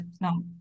No